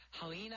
Helena